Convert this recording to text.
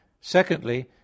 secondly